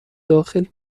داخل